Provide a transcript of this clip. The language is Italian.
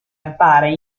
appare